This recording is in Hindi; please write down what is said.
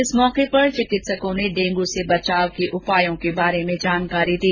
इस अवसर पर चिकित्सकों ने डेंगू से बचाव के उपायों के बारे में जानकारी दी